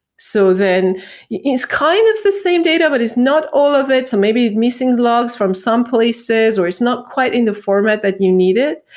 so then it's kind of the same data, but it's not all of it. so maybe missing logs from some places or it's not quite in the format that you need it.